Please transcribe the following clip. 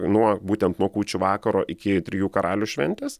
nuo būtent nuo kūčių vakaro iki trijų karalių šventės